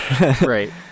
Right